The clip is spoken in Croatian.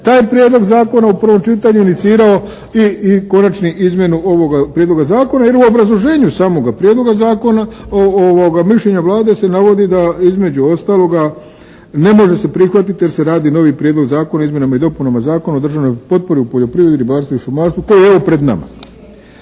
taj Prijedlog zakona u prvom čitanju inicirao i konačnu izmjenu ovoga Prijedloga zakona. Jer u obrazloženju samoga Prijedloga zakona, mišljenja Vlade se navodi da između ostaloga ne može se prihvatiti jer se radi novi Prijedlog zakona o izmjenama i dopunama Zakona o državnoj potpori u poljoprivredi, ribarstvu i šumarstvu koji je evo pred nama.